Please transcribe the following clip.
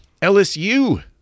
LSU